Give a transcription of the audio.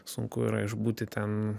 sunku yra išbūti ten